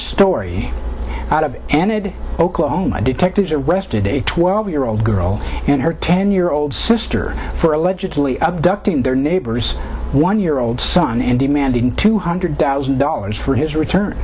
story out of and it oklahoma detectives arrested a twelve year old girl and her ten year old sister for allegedly abducting their neighbor's one year old son and demanding two hundred thousand dollars for his return